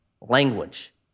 language